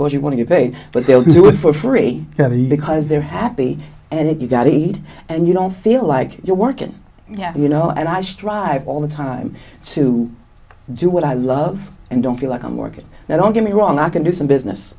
course you want to pay but they'll do it for free because they're happy and if you've got to eat and you don't feel like you're working yeah you know i strive all the time to do what i love and don't feel like i'm working now don't get me wrong i can do some business